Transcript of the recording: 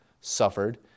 suffered